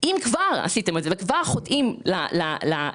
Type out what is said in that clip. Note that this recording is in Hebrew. אם כבר עשיתם את זה וכבר חוטאים לסכום